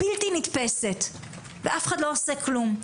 בלתי נתפסת ואף אחד לא עושה כלום.